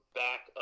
back